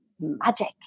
magic